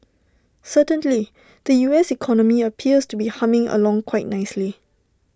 certainly the U S economy appears to be humming along quite nicely